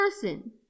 person